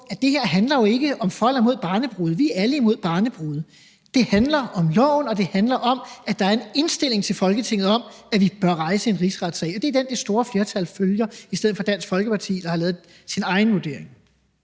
at det her jo ikke handler om for eller imod barnebrude – vi er alle imod barnebrude. Det handler om loven, og det handler om, at der er en indstilling til Folketinget om, at vi bør rejse en rigsretssag. Og det er den, det store flertal følger, hvorimod Dansk Folkeparti har lavet sin egen vurdering.